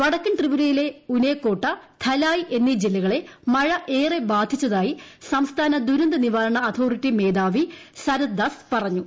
വടക്കൻ ത്രിഫ്ടുരയിലെ ഉനയകോട്ട ധലായ് എന്നീ ജില്ലകളെ മഴ ഏറെ ബാധിച്ച്ത്യി് സംസ്ഥാന ദുരന്തനിവാരണ അതോറിറ്റി മേധാവി സരത്ദാസ് പീറഞ്ഞു